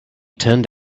turned